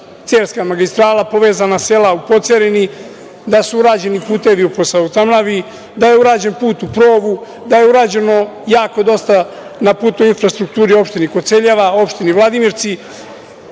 Cerska magistrala povezana sela u Pocerini, da su urađeni putevi oko sela u Tamnavi, da je urađen put u Progu, da je urađeno jako dosta na putnoj infrastrukturi u opštini Koceljeva, opštini Vladimirci. Ono